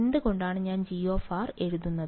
എന്തുകൊണ്ടാണ് ഞാൻ G എഴുതുന്നത്